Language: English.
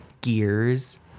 Gears